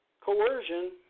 coercion